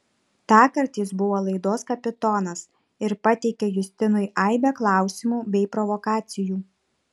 tąkart jis buvo laidos kapitonas ir pateikė justinui aibę klausimų bei provokacijų